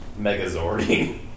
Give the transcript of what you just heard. megazord